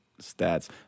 stats